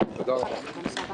תודה רבה.